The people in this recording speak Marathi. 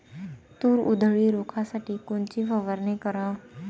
तूर उधळी रोखासाठी कोनची फवारनी कराव?